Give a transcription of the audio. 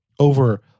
over